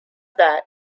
that